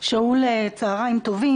שאול, צוהריים טובים.